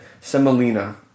Semolina